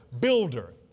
builder